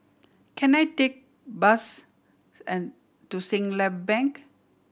can I take bus and to Siglap Bank